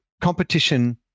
competition